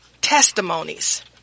testimonies